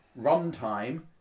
Runtime